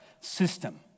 system